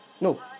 No